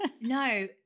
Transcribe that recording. No